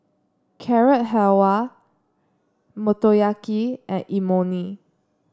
Carrot Halwa Motoyaki and Imoni